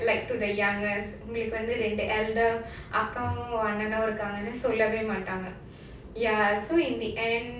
like to the youngest உங்களுக்கு வந்து ரெண்டு:ungaluku vandhu rendu the elder அக்காவும் அண்ணாவும் இருக்காங்கனு சொல்லவேமாட்டாங்க:akkavum annavum irukaangaanu sollavaemaataanga ya so in the end